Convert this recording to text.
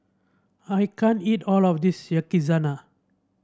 I can't eat all of this Yakizakana